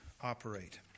operate